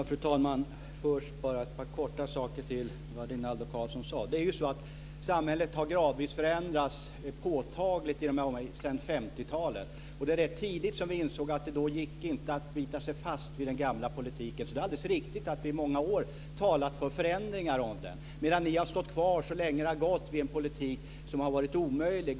Fru talman! Jag ska framföra några korta kommentarer till det som Rinaldo Karlsson sade. Samhället har gradvis förändrats påtagligt sedan 50-talet. Och vi insåg ganska tidigt att det inte gick att bita sig fast vid den gamla politiken. Det är alldeles riktigt att vi under många år har talat för förändringar av den, medan ni har stått kvar så länge det har gått vid en politik som har varit omöjlig.